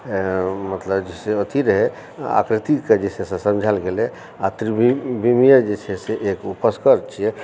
मतलब जे छै अथी रहै आकृति कऽ जे छै से समझायल गेलै आ त्रिकोणीय जे छै से एक उपस्कर छियै